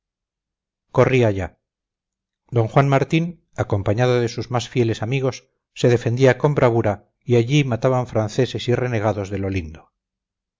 corrí allá d juan martín acompañado de sus más fieles amigos se defendía con bravura y allí mataban franceses y renegados de lo lindo